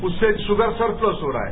उससे sugar surplus हो रहा है